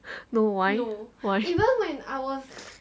no why why